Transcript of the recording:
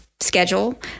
Schedule